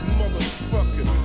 motherfucker